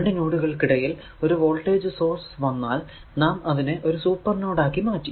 രണ്ടു നോഡുകൾക്കിടയിൽ ഒരു വോൾടേജ് സോഴ്സ് വന്നാൽ നാം അതിനെ ഒരു സൂപ്പർ നോഡ് ആക്കി മാറ്റി